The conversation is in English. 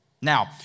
Now